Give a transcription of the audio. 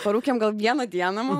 parūkėm gal vieną dieną